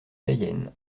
cayenne